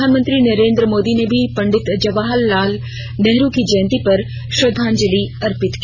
प्रधानमंत्री नरेन्द्र मोदी ने भी पंडित जवाहर लाल नेहरू की जयंती पर श्रद्दांजलि अर्पित की है